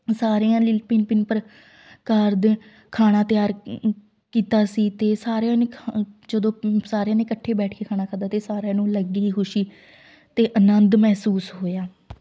ਸਾਰਿਆਂ ਲਈ ਭਿੰਨ ਭਿੰਨ ਪ੍ਰਕਾਰ ਦੇ ਖਾਣਾ ਤਿਆਰ ਕੀਤਾ ਸੀ ਅਤੇ ਸਾਰਿਆਂ ਨੇ ਖਾ ਜਦੋਂ ਸਾਰਿਆਂ ਨੇ ਇਕੱਠੇ ਬੈਠ ਕੇ ਖਾਣਾ ਖਾਦਾ ਅਤੇ ਸਾਰਿਆਂ ਨੂੰ ਅਲੱਗੇ ਹੀ ਖੁਸ਼ੀ ਅਤੇ ਆਨੰਦ ਮਹਿਸੂਸ ਹੋਇਆ